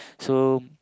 so